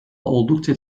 oldukça